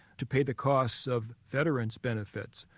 to pay the costs of veterans' benefits.